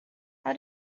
how